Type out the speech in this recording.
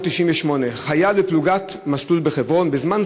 חייל בפלוגת מסלול בחברון בשנת 1998: